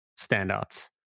standouts